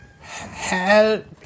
help